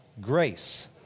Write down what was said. grace